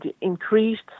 increased